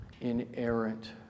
inerrant